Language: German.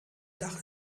dach